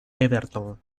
everton